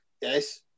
Yes